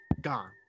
gone